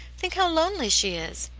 think how lonely she is!